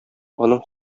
аның